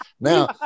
Now